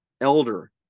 elder